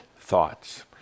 thoughts